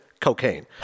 cocaine